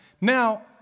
Now